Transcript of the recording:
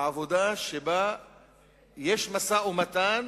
העבודה שבה יש משא-ומתן